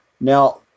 Now